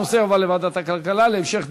הנושא יועבר לוועדת הכלכלה להמשך דיון.